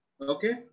okay